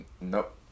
Nope